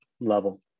level